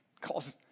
calls